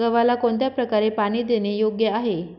गव्हाला कोणत्या प्रकारे पाणी देणे योग्य आहे?